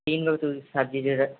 तीन गो सब्जी जे रहै